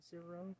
Zero